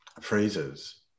phrases